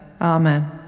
Amen